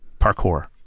parkour